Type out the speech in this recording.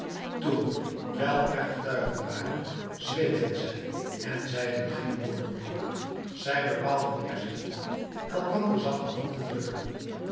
toen wijl er getuigen waren zwegen zij en zeiden geen woord meer zij bepaalden er zich toe elkander zacht de hand te drukken